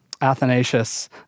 Athanasius